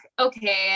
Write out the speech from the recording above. okay